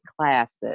classes